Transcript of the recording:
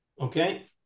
Okay